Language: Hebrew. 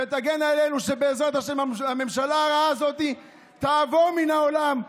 ותגן עלינו כך שבעזרת השם הממשלה הרעה הזאת תעבור מן העולם,